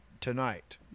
tonight